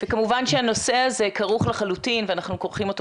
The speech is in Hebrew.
וכמובן שהנושא הזה כרוך לחלוטין ואנחנו כורכים אותו